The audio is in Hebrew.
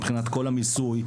מבחינת כל המיסוי,